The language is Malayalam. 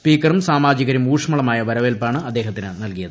സ്പീക്കറും സമാജികരും ഊഷ്മളമായ വരവേൽപ്പാണ് അദ്ദേഹത്തിന് നൽകിയത്